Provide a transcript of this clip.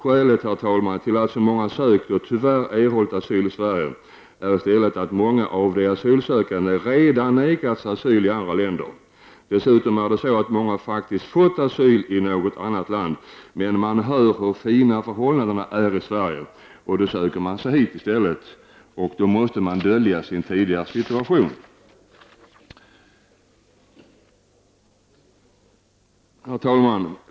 Skälet, herr talman, till att så många har sökt, och tyvärr erhållit, asyl i Sverige är i stället att många av de asylsökande redan nekats asyl i andra länder. Dessutom har många faktiskt fått asyl i något annat land, men man har hört hur fina förhållandena är i Sverige och har då sökt sig hit i stället. Då måste man dölja sin tidigare situation. Herr talman!